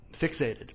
fixated